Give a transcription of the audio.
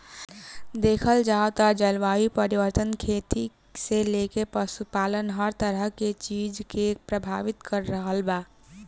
देखल जाव त जलवायु परिवर्तन खेती से लेके पशुपालन हर तरह के चीज के प्रभावित कर रहल बा